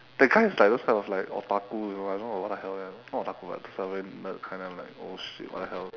that guy is like those kind of like otaku you know I don't know what the hell man not otaku but just a very nerd kind of like old shit what the hell